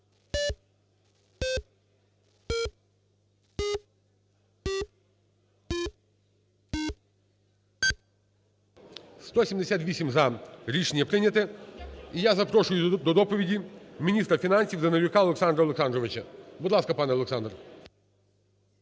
За-178 Рішення прийнято. І я запрошую до доповіді міністра фінансів Данилюка Олександра Олександровича. Будь ласка, пане Олександр.